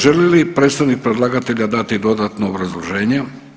Želi li predstavnik predlagatelja dati dodatno obrazloženje?